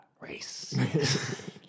race